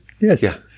Yes